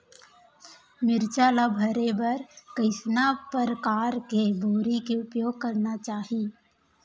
मिरचा ला भरे बर कइसना परकार के बोरी के उपयोग करना चाही?